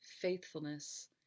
faithfulness